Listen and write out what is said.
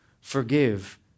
forgive